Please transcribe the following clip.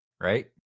right